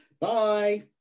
bye